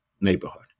neighborhood